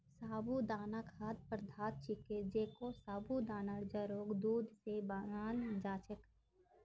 साबूदाना खाद्य पदार्थ छिके जेको साबूदानार जड़क दूध स बनाल जा छेक